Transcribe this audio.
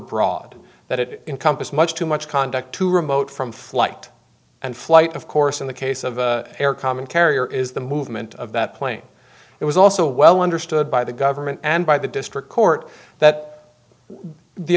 broad that it encompassed much too much conduct too remote from flight and flight of course in the case of the air common carrier is the movement of that plane it was also well understood by the government and by the district court that the